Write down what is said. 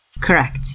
correct